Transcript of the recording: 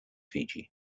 fiji